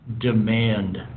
demand